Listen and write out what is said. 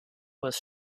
was